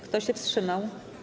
Kto się wstrzymał?